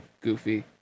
Goofy